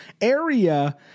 area